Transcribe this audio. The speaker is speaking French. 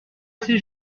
ses